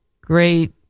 great